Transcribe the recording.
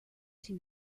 too